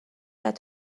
کرد